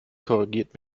korrigiert